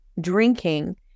drinking